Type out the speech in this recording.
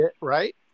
Right